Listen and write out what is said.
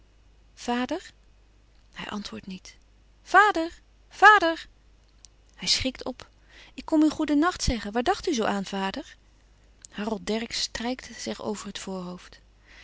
hij antwoordt niet vader vader hij schrikt op ik kom u goeden nacht zeggen waar dacht u zoo aan vader harold dercksz strijkt zich over het voorhoofd